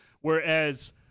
Whereas